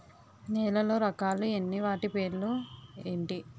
నేలలో రకాలు ఎన్ని వాటి పేర్లు ఏంటి?